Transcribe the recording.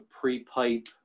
pre-pipe